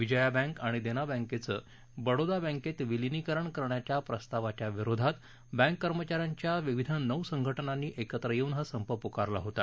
Vijaya bank आणि देना बँकेचं बडोदा बँकेत विलीनीकरण करण्याच्या प्रस्तावाच्या विरोधात बँक कर्मचाऱ्यांच्या विविध नऊ संघटनांनी एकत्र येऊन हा संप पुकारला होता